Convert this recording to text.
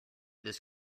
this